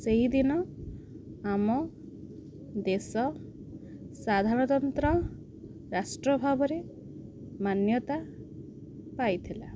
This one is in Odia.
ସେହିଦିନ ଆମ ଦେଶ ସାଧାରଣତନ୍ତ୍ର ରାଷ୍ଟ୍ର ଭାବରେ ମାନ୍ୟତା ପାଇଥିଲା